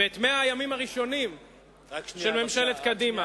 ואת 100 הימים הראשונים של ממשלת קדימה,